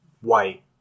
white